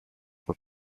were